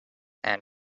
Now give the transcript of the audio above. and